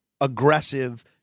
aggressive